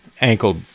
ankle